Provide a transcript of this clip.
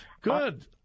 good